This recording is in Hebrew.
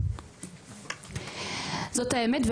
זאת האמת.